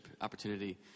opportunity